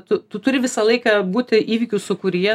tu tu turi visą laiką būti įvykių sūkuryje